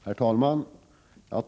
Herr talman!